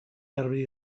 garbi